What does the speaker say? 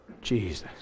Jesus